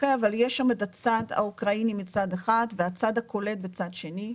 אבל יש שם את הצד האוקראיני מצד אחד והצד הקולט בצד שני,